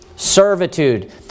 servitude